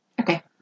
Okay